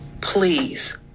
please